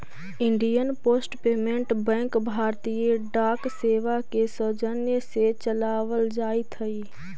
Indian post payment bank भारतीय डाक सेवा के सौजन्य से चलावल जाइत हइ